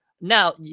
Now